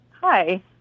Hi